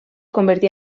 convertí